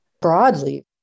broadly